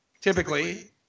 typically